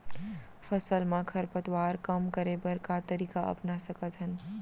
फसल मा खरपतवार कम करे बर का तरीका अपना सकत हन?